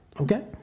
Okay